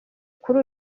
kuri